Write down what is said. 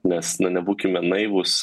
nes na nebūkime naivūs